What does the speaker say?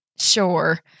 sure